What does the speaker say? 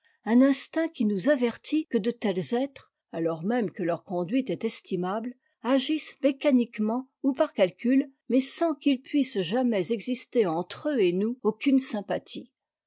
un instinct qui nous avertit que de tels êtres alors même que leur conduite est estimable agissent mécaniquement ou par calcul mais sans qu'il puisse jamais exister entre eux et nous aucune sympathie